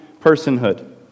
personhood